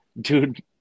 Dude